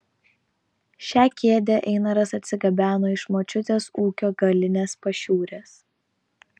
šią kėdę einaras atsigabeno iš močiutės ūkio galinės pašiūrės